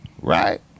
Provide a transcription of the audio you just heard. Right